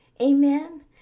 Amen